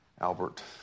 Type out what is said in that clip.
Albert